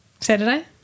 Saturday